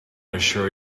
assure